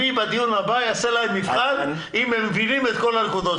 בדיון הבא אני אעשה להם מבחן אם הם מבינים את כל הנקודות שלך.